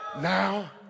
Now